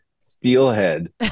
Steelhead